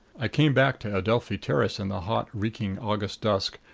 i came back to adelphi terrace in the hot, reeking august dusk,